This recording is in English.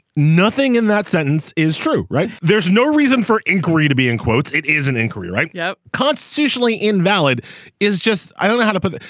nothing in that sentence is true. right. there's no reason for angry to be in quotes. it isn't in korea right. yeah constitutionally invalid is just i don't know how to put it.